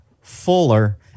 fuller